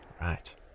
Right